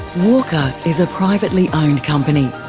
walker is a privately owned company,